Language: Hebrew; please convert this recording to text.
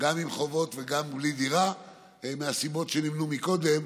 גם עם חובות וגם בלי דירה מהסיבות שנמנו קודם.